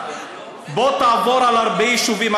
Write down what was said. בוא תעבור על הרבה יישובים,